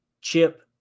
chip